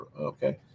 Okay